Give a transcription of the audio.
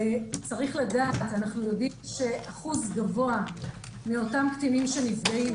אנחנו יודעים שאחוז גבוה מאותם קטינים שנפגעים,